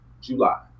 July